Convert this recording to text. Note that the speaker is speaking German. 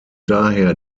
daher